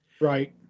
Right